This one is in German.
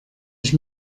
ich